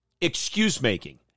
excuse-making